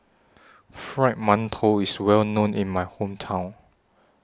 Fried mantou IS Well known in My Hometown